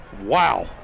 Wow